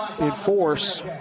enforce